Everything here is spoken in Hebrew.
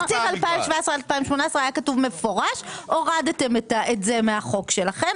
בתקציב 2018-2017 היה כתוב במפורש והורדתם את זה מהחוק שלכם,